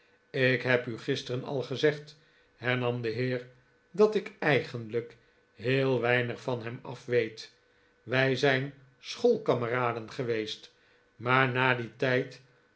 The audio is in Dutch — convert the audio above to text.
ik heb u gisteren al gezegd hernam de heer dat ik eigenlijk heel weinig van hem afweet wij zijn schoolkameraden geweest maar na dien tijd